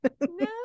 No